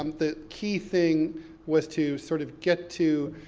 um the key thing was to sort of get to,